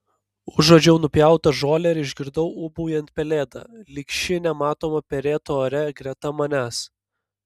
užuodžiau nupjautą žolę ir išgirdau ūbaujant pelėdą lyg ši nematoma perėtų ore greta manęs